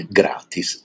gratis